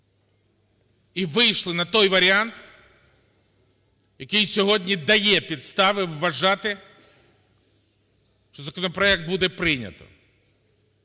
і вийшли на той варіант, який сьогодні дає підстави вважати, що законопроект буде прийнято.